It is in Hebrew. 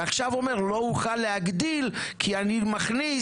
ועכשיו הוא אומר הוא לא יוכל להגדיל כי אני מכניס